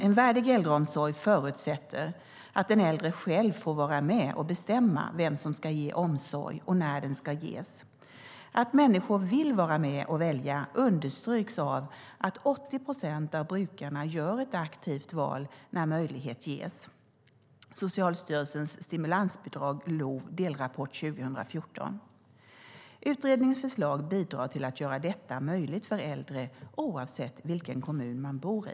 En värdig äldreomsorg förutsätter att den äldre själv får vara med och bestämma vem som ska ge omsorg och när den ska ges. Att människor vill vara med och välja understryks av att 80 procent av brukarna gör ett aktivt val när möjlighet ges ( Stimulansbidrag LOV , delrapport 2014, Socialstyrelsen). Utredningens förslag bidrar till att göra detta möjligt för äldre, oavsett vilken kommun man bor i.